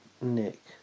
Nick